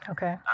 Okay